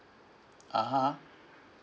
(uh huh)